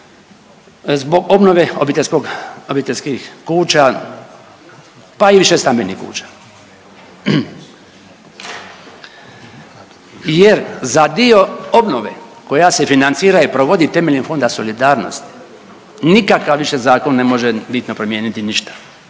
obiteljskog, obiteljskih kuća, pa i višestambenih kuća jer za dio obnove koja se financira i provodi temeljem Fonda solidarnosti nikakav više zakon ne može bitno promijeniti ništa.